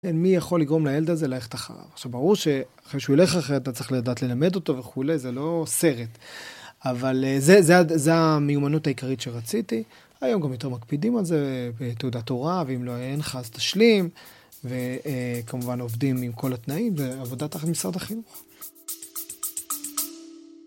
אין מי יכול לגרום לילד הזה ללכת אחריו. עכשיו ברור שאחרי שהוא ילך אחרי זה אתה צריך לדעת ללמד אותו וכולי, זה לא סרט. אבל זו המיומנות העיקרית שרציתי. היום גם יותר מקפידים על זה בתעודת הוראה ואם לא אין לך אז תשלים. וכמובן עובדים עם כל התנאים בעבודת המשרד החינוך.